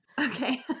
Okay